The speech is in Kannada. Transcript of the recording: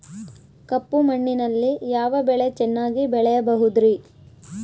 ಕಪ್ಪು ಮಣ್ಣಿನಲ್ಲಿ ಯಾವ ಬೆಳೆ ಚೆನ್ನಾಗಿ ಬೆಳೆಯಬಹುದ್ರಿ?